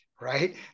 right